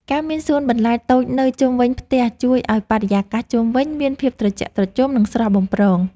ការមានសួនបន្លែតូចមួយនៅជុំវិញផ្ទះជួយឱ្យបរិយាកាសជុំវិញមានភាពត្រជាក់ត្រជុំ និងស្រស់បំព្រង។